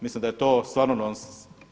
Mislim da je to stvarno nonsens.